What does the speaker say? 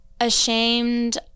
ashamed